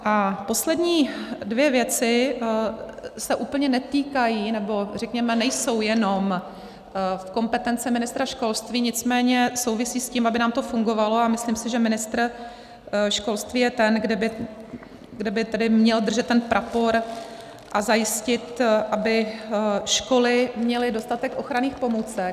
A poslední dvě věci se úplně netýkají, nebo, řekněme, nejsou jenom v kompetenci ministra školství, nicméně souvisí s tím, aby nám to fungovalo, a myslím si, že ministr školství je ten, kdo by tedy měl držet ten prapor a zajistit, aby školy měly dostatek ochranných pomůcek.